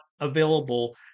available